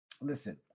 Listen